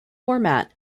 format